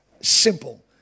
Simple